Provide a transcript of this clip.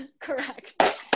correct